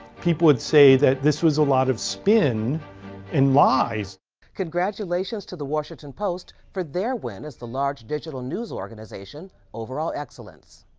people would say that this was a lot of spin and lies and congratulations to the washington post for their win as the large digital news organization, overall excellence.